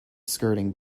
skirting